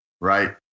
right